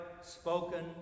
spoken